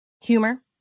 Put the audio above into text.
humor